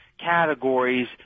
Categories